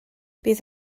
bydd